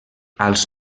als